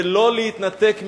ולא להתנתק ממנו,